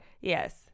Yes